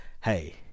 Hey